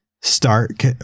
start